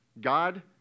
God